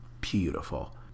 beautiful